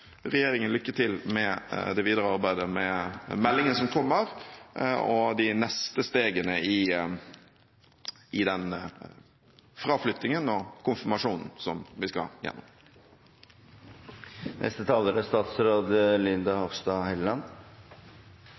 regjeringen lykke til med det videre arbeidet med meldingen som kommer, og de neste stegene i den fraflyttingen og konfirmasjonen som vi skal igjennom. Det er